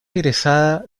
egresada